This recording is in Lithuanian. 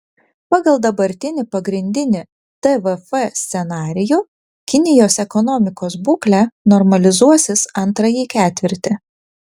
pagal dabartinį pagrindinį tvf scenarijų kinijos ekonomikos būklė normalizuosis antrąjį ketvirtį